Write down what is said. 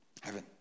Heaven